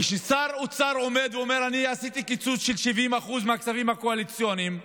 כששר האוצר עומד ואומר: אני עשיתי קיצוץ של 70% מהכספים הקואליציוניים,